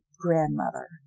grandmother